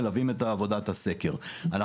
מלווים את עבודת הסקר.